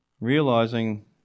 Realizing